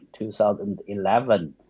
2011